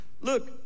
Look